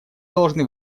должны